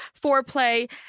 foreplay